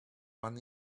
one